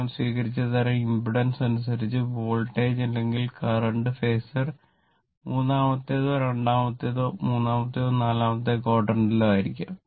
നിങ്ങൾ സ്വീകരിച്ച തരം ഇംപെഡൻസ് ആയിരിക്കാം